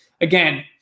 Again